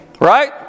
Right